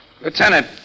Lieutenant